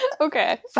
Okay